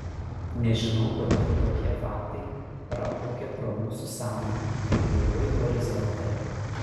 nežinau kodėl tokie faktai praplaukia pro mūsų sąmonę kaip laivai horizonte